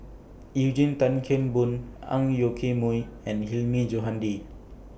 Eugene Tan Kheng Boon Ang Yoke Mooi and Hilmi Johandi